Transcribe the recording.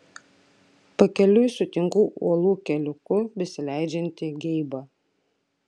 pakeliui sutinku uolų keliuku besileidžiantį geibą